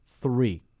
Three